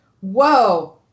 Whoa